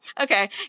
Okay